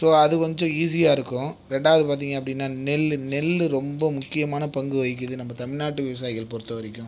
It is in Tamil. ஸோ அது கொஞ்சம் ஈஸியாக இருக்கும் ரெண்டாவது பார்த்திங்க அப்படின்னா நெல் நெல் ரொம்ப முக்கியமான பங்கு வகிக்குது நம்ம தமிழ்நாட்டு விவசாயிகள் பொறுத்த வரைக்கும்